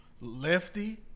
Lefty